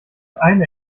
eine